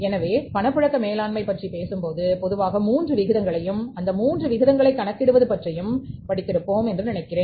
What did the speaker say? எனவே பணப்புழக்க மேலாண்மை பற்றி பேசும்போது பொதுவாக 3 விகிதங்களையும் இந்த 3 விகிதங்களை கணக்கிடுவது பற்றியும் படித்து இருப்போம் என்று நினைக்கிறேன்